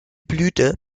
blüte